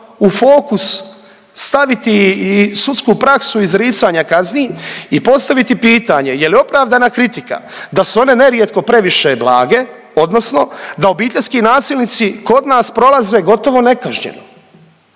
u fokus staviti i sudsku praksu izricanja kazni i postaviti pitanje je li opravdana kritika da su one nerijetko previše blage odnosno da obiteljski nasilnici kod nas prolaze gotovo nekažnjeno?